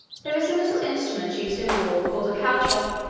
there is a little instrument used in war called a caltrop.